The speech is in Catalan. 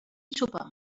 sopar